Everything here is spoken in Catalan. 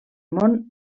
món